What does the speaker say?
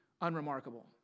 unremarkable